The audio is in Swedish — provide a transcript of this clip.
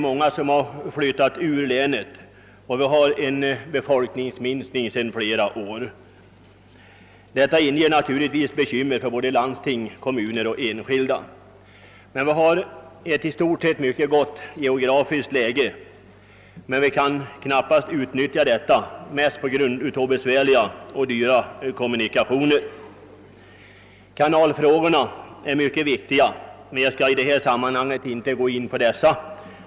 Många har flyttat ur länet, som fått vidkännas en befolkningsminskning sedan flera år tillbaka. Detta inger naturligtvis bekymmer för landsting, kommuner och enskilda. Länet har emellertid ett i stort sett mycket bra geografiskt läge men kan knappast utnyttja detta, huvudsakligen på grund av besvärliga och dyra kommunikationer. Kanalfrågorna är mycket viktiga, men jag skall inte i detta sammanhang gå in på dessa.